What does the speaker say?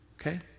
Okay